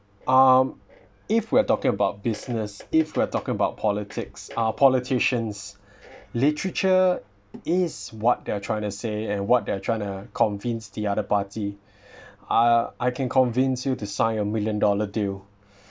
um if we're talking about business if we're talking about politics uh politicians literature is what they are trying to say and what they are trying to convince the other party uh I can convince you to say a million dollar deal